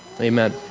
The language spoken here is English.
Amen